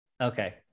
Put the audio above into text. okay